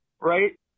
Right